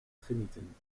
genieten